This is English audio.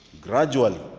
gradually